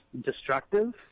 destructive